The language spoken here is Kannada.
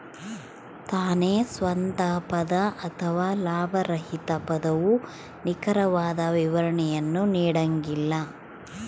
ತಾನೇ ಸ್ವಂತ ಪದ ಅಥವಾ ಲಾಭರಹಿತ ಪದವು ನಿಖರವಾದ ವಿವರಣೆಯನ್ನು ನೀಡಂಗಿಲ್ಲ